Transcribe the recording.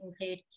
include